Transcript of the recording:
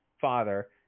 father